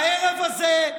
הערב הזה,